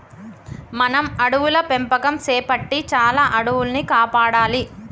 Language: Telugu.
మనం అడవుల పెంపకం సేపట్టి చాలా అడవుల్ని కాపాడాలి